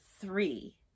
three